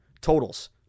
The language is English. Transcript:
totals